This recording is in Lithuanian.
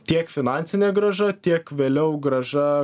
tiek finansine grąža tiek vėliau grąža